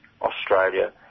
Australia